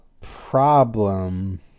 problem